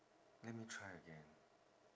let me try again